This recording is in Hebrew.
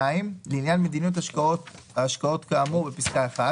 לעניין מדיניות ההשקעות כאמור בפסקה (1),